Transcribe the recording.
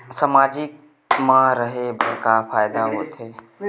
सामाजिक मा रहे बार का फ़ायदा होथे?